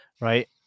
right